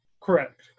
Correct